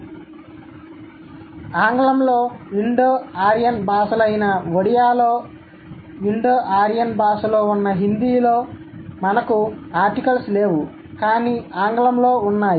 కాబట్టి ఆంగ్లంలో Indo Aryan భాష అయిన ఒడియాలో ఇండో ఆర్యన్ భాషలో ఉన్న హిందీలో మనకు ఆర్టికల్స్ లేవు కానీ ఆంగ్లంలో ఉన్నాయి